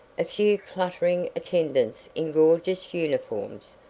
a few clattering attendants in gorgeous uniforms,